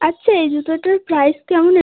আচ্ছা এই জুতোটার প্রাইস কেমন